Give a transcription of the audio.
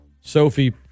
Sophie